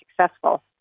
successful